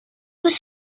was